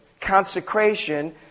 consecration